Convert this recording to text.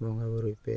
ᱵᱚᱸᱜᱟᱼᱵᱩᱨᱩᱭ ᱯᱮ